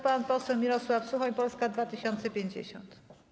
Pan poseł Mirosław Suchoń, Polska 2050.